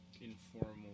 informal